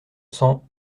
cents